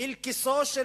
אל כיסו של